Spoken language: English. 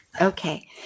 Okay